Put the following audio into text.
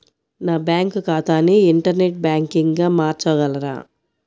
నా బ్యాంక్ ఖాతాని ఇంటర్నెట్ బ్యాంకింగ్గా మార్చగలరా?